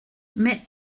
mais